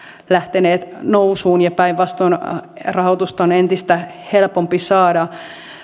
lähteneet nousuun ja päinvastoin rahoitusta on entistä helpompi saada